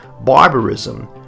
barbarism